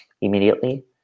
immediately